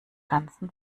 ganzen